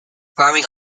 farming